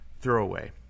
throwaway